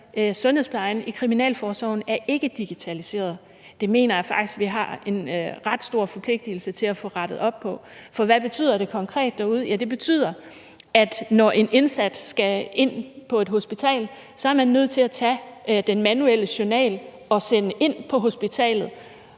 sundhedsplejen i kriminalforsorgen er ikke digitaliseret, og det mener jeg faktisk at vi har en ret stor forpligtigelse til at få rettet op på. For hvad betyder det konkret derude? Ja, det betyder, at når en indsat skal ind på et hospital, er man nødt til at tage den manuelle journal og sende ind til hospitalet,